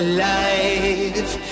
life